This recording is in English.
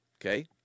Okay